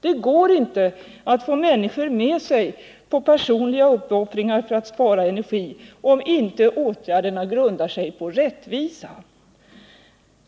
Det går inte att få med människor på personliga uppoffringar för att spara energi om inte åtgärderna grundar sig på rättvisa.